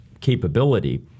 capability